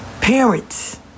Parents